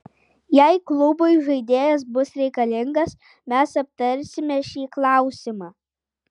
jei klubui žaidėjas bus reikalingas mes aptarsime šį klausimą